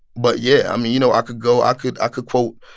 but yeah, i mean, you know, i could go i could ah could quote,